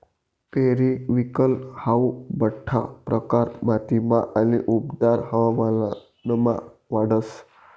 periwinkle हाऊ बठ्ठा प्रकार मातीमा आणि उबदार हवामानमा वाढस